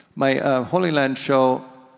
my holy land show,